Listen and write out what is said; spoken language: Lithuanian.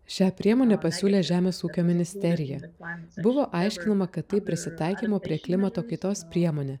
šią priemonę pasiūlė žemės ūkio ministerija buvo aiškinama kad tai prisitaikymo prie klimato kaitos priemonė